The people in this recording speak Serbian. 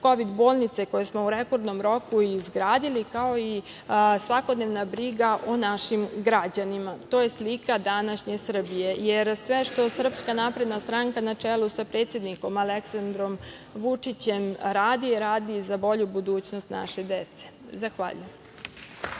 kovid bolnice koje smo u rekordnom roku izgradili, kao i svakodnevna briga o našim građanima. To je slika današnje Srbije. Sve što SNS, na čelu sa predsednikom Aleksandrom Vučićem radi, radi za bolju budućnost naše dece. Zahvaljujem.